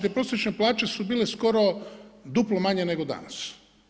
Te prosječne plaće su bile skoro duplo manje nego danas.